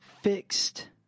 fixed